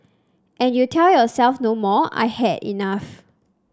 and you tell yourself no more I have had enough